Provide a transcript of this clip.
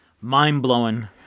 mind-blowing